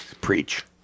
Preach